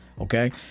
okay